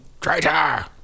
Traitor